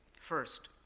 First